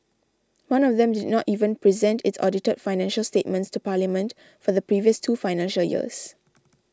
one of them did not even present its audited financial statements to Parliament for the previous two financial years